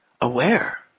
aware